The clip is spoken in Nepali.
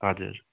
हजुर